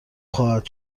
خواهد